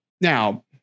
Now